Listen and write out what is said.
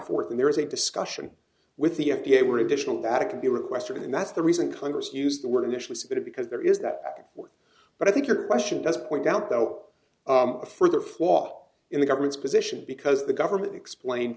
forth and there is a discussion with the f d a were additional data could be requested and that's the reason congress used the word initially said because there is that but i think your question does point out that out a further flaw in the government's position because the government explain